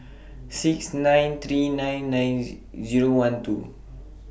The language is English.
six nine three nine nine Z Zero one two